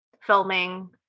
filming